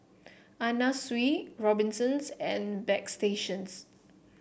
Anna Sui Robinsons and Bagstationz